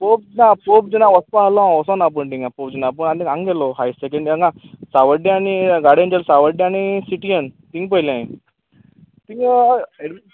pope ना Pope जॉना वचपा आसलो हांव वचना पूण थंय पोस ना पूण आनी हांग गेल्लो हाय सॅकँडी हांगां सावड्ड्या आनी गाडियन ऍन्जल सावड्ड्या आनी सिटियन थिंंग पोयलें हांवें थिंगां एडमि